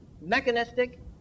mechanistic